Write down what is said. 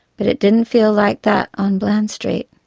but it didn't feel like that on bland street.